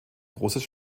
großes